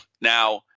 Now